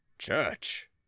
Church